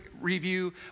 review